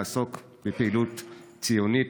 לעסוק בפעילות ציונית,